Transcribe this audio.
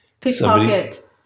Pickpocket